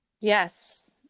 Yes